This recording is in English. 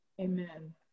Amen